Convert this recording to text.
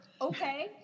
Okay